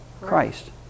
Christ